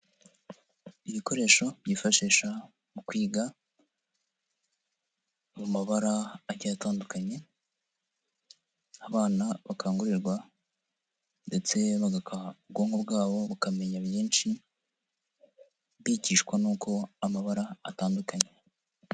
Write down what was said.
Ibikoresho byifashishwa mu kwiga, mu mabara agiye atandukanye, abana bakangurirwa ndetse bagangura ubwonko bwabo bukamenya byinshi bigishwa n'uko amabara atandukanye.